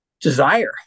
desire